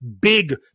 big